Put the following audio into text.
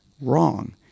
wrong